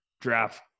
draft